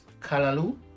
kalalu